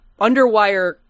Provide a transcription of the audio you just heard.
underwire